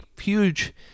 huge